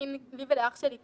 להכין לי פרי ולאח שלי כריך,